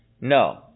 no